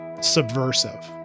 subversive